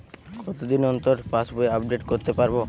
কতদিন অন্তর পাশবই আপডেট করতে পারব?